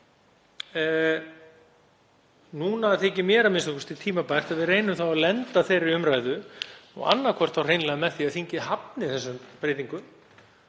Nú þykir mér a.m.k. tímabært að við reynum að lenda þeirri umræðu, annaðhvort hreinlega með því að þingið hafni þessum breytingum